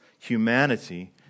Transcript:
humanity